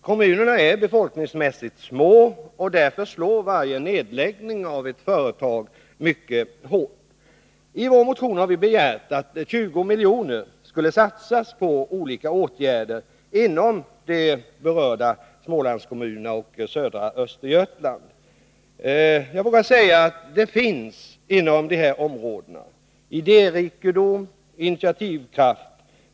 Kommunerna är befolkningsmässigt små, och därför slår varje nedläggning av ett företag mycket hårt. I vår motion har vi begärt att 20 milj.kr. skall satsas på olika åtgärder inom de berörda Smålandskommunerna och södra Östergötland. Jag vågar säga att det inom de aktuella områdena finns idérikedom och initiativkraft.